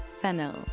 Fennel